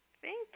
thank